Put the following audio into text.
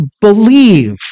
believe